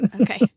Okay